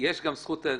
יש גם זכות.